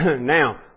now